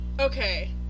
Okay